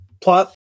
plot